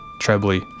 trebly